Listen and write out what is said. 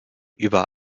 über